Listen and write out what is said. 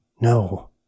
no